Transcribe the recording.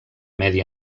medi